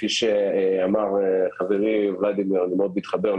כפי שאמר חברי ולדימיר אני מאוד מתחבר.